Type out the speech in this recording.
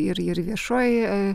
ir ir viešojoj